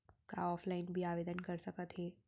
का ऑफलाइन भी आवदेन कर सकत हे?